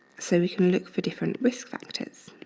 so we can look for different risk factors.